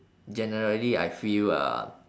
generally I feel uh